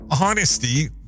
honesty